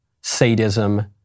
sadism